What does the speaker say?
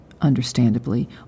understandably